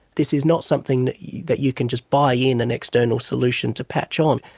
this is not something that you can just buy in an external solution to patch on.